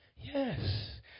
Yes